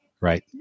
right